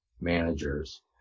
managers